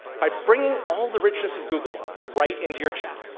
by bringing all the richness of google right into your chat.